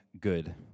good